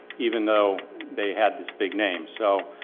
even though they had this big name. so.